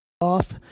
off